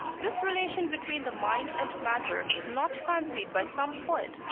this relation between the mind and matter is not fancied by some poet,